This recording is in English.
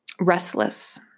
Restless